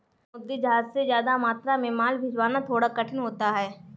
समुद्री जहाज से ज्यादा मात्रा में माल भिजवाना थोड़ा कठिन होता है